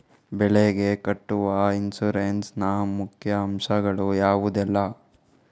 ಬೆಳೆಗೆ ಕಟ್ಟುವ ಇನ್ಸೂರೆನ್ಸ್ ನ ಮುಖ್ಯ ಅಂಶ ಗಳು ಯಾವುದೆಲ್ಲ?